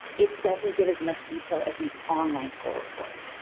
it doesn't give as much detail as the online score report.